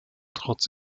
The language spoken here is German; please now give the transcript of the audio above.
trotz